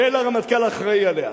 ולרמטכ"ל האחראי לה: